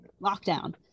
Lockdown